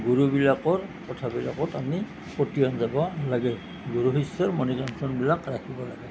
গুৰুবিলাকৰ কথাবিলাকত আমি পতিয়ন যাব লাগে গুৰু শিষ্যৰ মনিকাঞ্চনবিলাক ৰাখিব লাগে